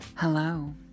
Hello